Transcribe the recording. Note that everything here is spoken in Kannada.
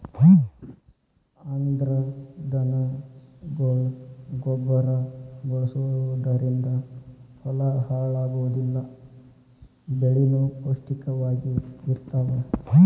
ಅಂದ್ರ ದನಗೊಳ ಗೊಬ್ಬರಾ ಬಳಸುದರಿಂದ ಹೊಲಾ ಹಾಳ ಆಗುದಿಲ್ಲಾ ಬೆಳಿನು ಪೌಷ್ಟಿಕ ವಾಗಿ ಇರತಾವ